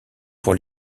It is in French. pour